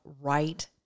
right